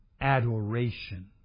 adoration